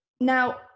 Now